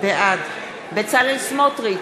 בעד בצלאל סמוטריץ,